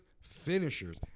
finishers